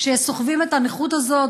שסוחבים את הנכות הזאת,